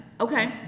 Okay